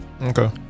Okay